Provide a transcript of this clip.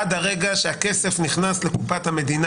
עד הרגע שהכסף נכנס לקופת המדינה.